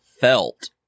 felt